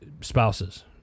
spouses